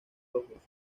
ojos